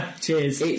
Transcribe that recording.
cheers